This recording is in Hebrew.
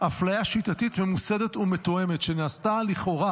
אפליה שיטתית, ממוסדת ומתואמת שנעשתה לכאורה